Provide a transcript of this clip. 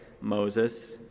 Moses